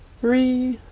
three,